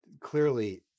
clearly